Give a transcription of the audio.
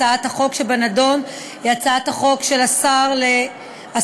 הצעת החוק שבנדון היא הצעת חוק של השר כץ,